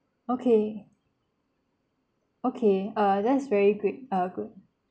okay okay err that's very great err good